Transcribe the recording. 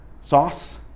sauce